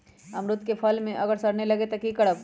अमरुद क फल म अगर सरने लगे तब की करब?